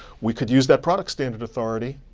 we could use that product standard authority.